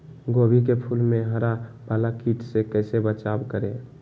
गोभी के फूल मे हरा वाला कीट से कैसे बचाब करें?